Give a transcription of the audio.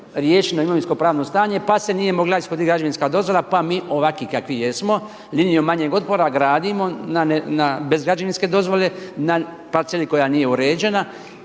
riješeno imovinsko-pravno stanje pa se nije mogla ishoditi građevinska dozvola pa mi ovakvi kakvi jesmo linijom manjeg otpora gradimo bez građevinske dozvole na parceli koja nije uređena